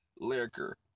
liquor